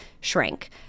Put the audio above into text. shrank